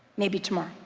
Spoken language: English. maybe tomorrow.